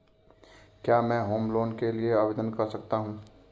क्या मैं home loan के लिए आवेदन कर सकता हूं?